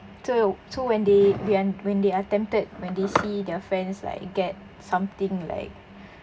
so so when they when when they are tempted when they see their friends like get something like